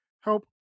help